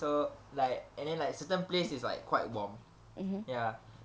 so like and then like certain place is like quite warm ya